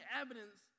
evidence